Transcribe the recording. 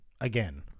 Again